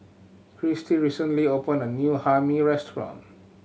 Christie recently opened a new Hae Mee restaurant